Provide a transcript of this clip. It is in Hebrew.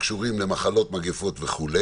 שקשורות למחלות, מגפות וכו',